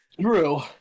True